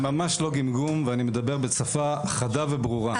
זה ממש לא גמגום, ואני מדבר בשפה חדה וברורה.